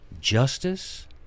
justice